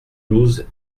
douze